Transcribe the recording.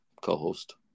co-host